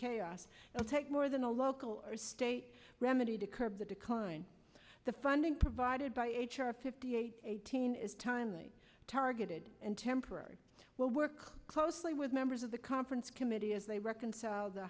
chaos take more than a local or state remedy to curb the decline the funding provided by h r fifty eight eighteen is timely targeted and temporary will work closely with members of the conference committee as they reconcile the